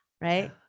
right